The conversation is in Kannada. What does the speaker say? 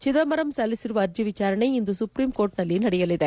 ಚಿದಂಬರಂ ಸಲ್ಲಿಸಿರುವ ಅರ್ಜಿ ವಿಚಾರಣೆ ಇಂದು ಸುಪ್ರೀಂ ಕೋರ್ಟ್ನಲ್ಲಿ ನಡೆಯಲಿದೆ